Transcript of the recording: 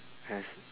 yes